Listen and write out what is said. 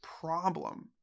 problem